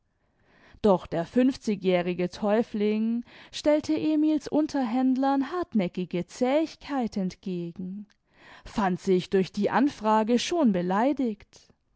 doch der fünfzigjährige täufling stellte emil's unterhändlern hartnäckige zähigkeit entgegen fand sich durch die anfrage schon beleidiget